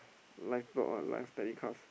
live blog ah live telecast